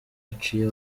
aciye